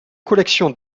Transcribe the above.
collection